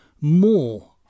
more